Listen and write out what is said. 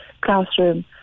classroom